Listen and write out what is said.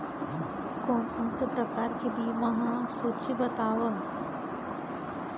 कोन कोन से प्रकार के बीमा हे सूची बतावव?